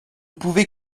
pouvez